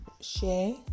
share